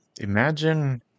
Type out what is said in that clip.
imagine